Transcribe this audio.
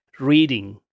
Reading